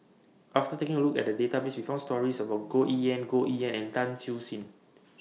after taking A Look At The Database We found stories about Goh Yihan Goh Yihan and Tan Siew Sin